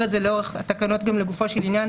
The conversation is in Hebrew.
את זה לאורך התקנות גם לגופו של עניין,